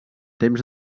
temps